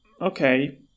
okay